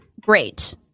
Great